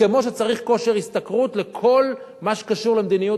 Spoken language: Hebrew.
כמו שצריך כושר השתכרות לכל מה שקשור למדיניות